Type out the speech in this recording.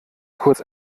kurz